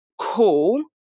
cool